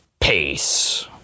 Peace